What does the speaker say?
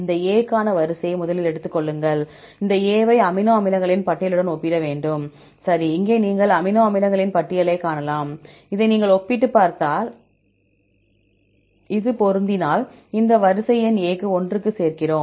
இந்த A க்கான வரிசையை முதலில் எடுத்துக் கொள்ளுங்கள் இந்த A ஐ அமினோ அமிலங்களின் பட்டியலுடன் ஒப்பிட வேண்டும் சரி இங்கே நீங்கள் அமினோ அமிலங்களின் பட்டியலைக் காணலாம் இதை நீங்கள் ஒப்பிட்டுப் பார்த்தால் இது பொருந்தினால் இந்த வரிசை எண் A க்கு ஒன்றுக்குச் சேர்க்கிறோம்